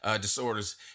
disorders